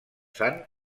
sant